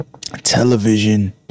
television